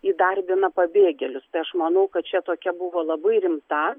įdarbina pabėgėlius tai aš manau kad čia tokia buvo labai rimta